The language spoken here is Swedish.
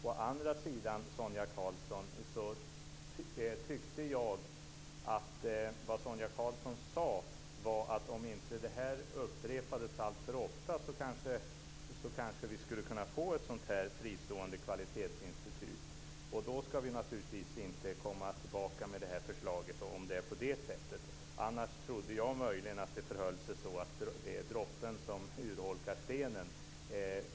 Å andra sidan, Sonia Karlsson, tyckte jag att Sonia Karlsson sade att om inte det här upprepades alltför ofta kunde vi kanske få ett sådant här fristående kvalitetsinstitut. Om det är på det sättet ska vi naturligtvis inte komma tillbaka med det här förslaget. Annars trodde jag möjligen att det är droppen som urholkar stenen.